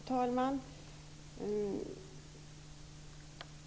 Fru talman!